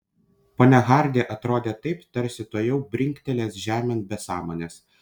ponia hardi atrodė taip tarsi tuojau brinktelės žemėn be sąmonės